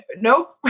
nope